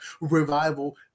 revival